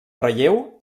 relleu